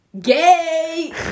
Gay